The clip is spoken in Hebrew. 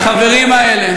החברים האלה,